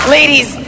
Ladies